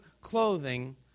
clothing